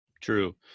true